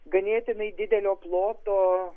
ganėtinai didelio ploto